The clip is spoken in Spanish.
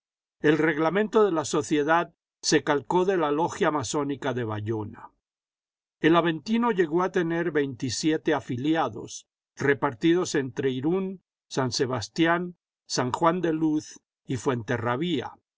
el reglamento de la sociedad se calcó de la logia masónica de bayona el aventino llegó a tener veintisiete afiliados repartidos entre irún san sebastián san juan de luz y fuenterrabía